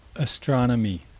astronomy.